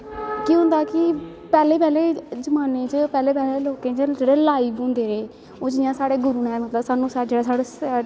केह् होंदा कि पैह्ले पैह्ले जमाने च पैह्ले पैह्ले लोकें जेह्ड़े लाईव होंदे रेह् ओह् मलतब जियां साढ़े गुरुएं मतलव साह्नू जेह्ड़े